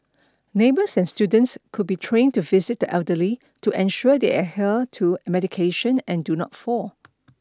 neighbors and students could be trained to visit the elderly to ensure they adhere to medication and do not fall